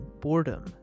boredom